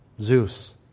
Zeus